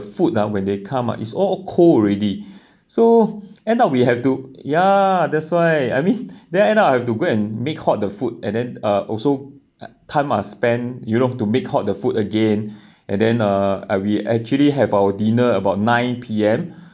food ah when they come ah is all cold already so end up we have to ya that's why I mean then end up I have to go and make hot the food and then uh also time are spent you know to make hot the food again and then uh and we actually have our dinner about nine P_M